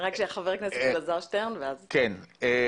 חבר הכנסת אלעזר שטרן, בבקשה.